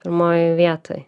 pirmoj vietoj